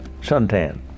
suntan